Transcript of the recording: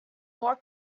more